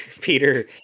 Peter